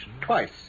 twice